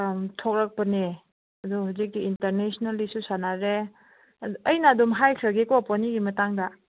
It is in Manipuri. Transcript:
ꯑꯪ ꯊꯣꯂꯛꯄꯅꯦ ꯑꯗꯣ ꯍꯧꯖꯤꯛꯇꯤ ꯏꯟꯇꯔꯅꯦꯁꯅꯦꯜꯗꯁꯨ ꯁꯥꯟꯅꯔꯦ ꯑꯗꯣ ꯑꯩꯅ ꯑꯗꯨꯝ ꯍꯥꯏꯈ꯭ꯔꯒꯦꯀꯣ ꯄꯣꯅꯤꯒꯤ ꯃꯇꯥꯡꯗ